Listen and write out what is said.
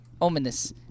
ominous